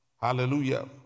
Hallelujah